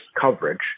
coverage